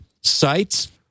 sites